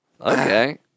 Okay